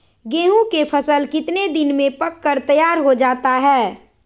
गेंहू के फसल कितने दिन में पक कर तैयार हो जाता है